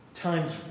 times